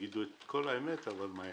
תגידו את כל האמת שלכם,